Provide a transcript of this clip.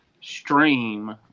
stream